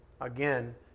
again